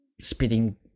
spitting